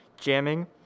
jamming